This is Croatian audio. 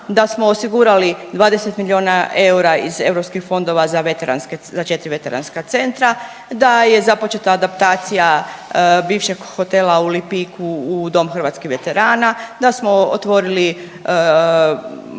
da smo osigurali 20 miliona eura iz europskih fondova za veteranske, za 4 veteranska centra, da je započeta adaptacija bivšeg hotela u Lipiku u Dom hrvatskih veterana, da smo otvorili